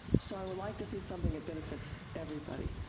so i would like to see something that benefits everybody,